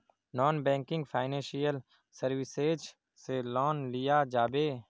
Non banking financial services से loan लिया जाबे?